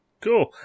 Cool